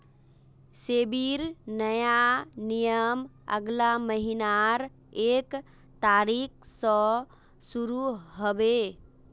सेबीर नया नियम अगला महीनार एक तारिक स शुरू ह बे